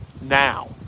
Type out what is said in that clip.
now